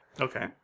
okay